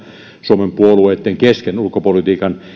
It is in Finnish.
suomen puolueitten kesken ulkopolitiikan